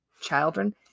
children